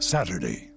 Saturday